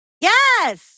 Yes